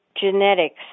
genetics